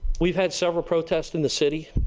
we have had several protests in the city.